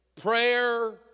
Prayer